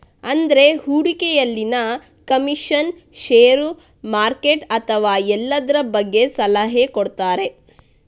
ಅಂದ್ರೆ ಹೂಡಿಕೆಯಲ್ಲಿನ commission, share, market ಈ ಎಲ್ಲದ್ರ ಬಗ್ಗೆ ಸಲಹೆ ಕೊಡ್ತಾರೆ